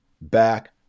back